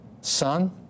Son